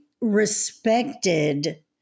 respected